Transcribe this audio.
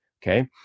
Okay